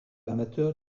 amateur